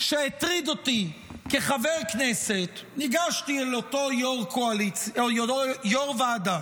שהטריד אותי כחבר כנסת, ניגשתי לאותו יו"ר ועדה,